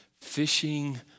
fishing